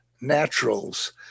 Naturals